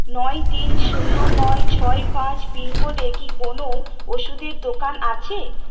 নয় তিন শূন্য নয় ছয় পাঁচ পিনকোডে কি কোনও ওষুধের দোকান আছে